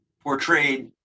portrayed